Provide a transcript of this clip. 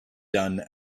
done